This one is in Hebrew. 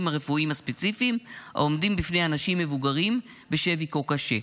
הרפואיים הספציפיים העומדים בפני אנשים מבוגרים בשבי כה קשה.